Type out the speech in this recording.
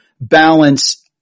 balance